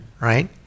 right